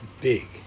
big